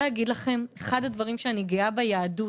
אחד הדברים שאני גאה ביהדות,